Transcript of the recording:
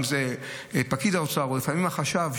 אם זה פקיד האוצר או לפעמים החשב,